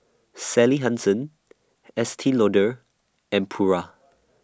Sally Hansen Estee Lauder and Pura